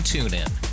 TuneIn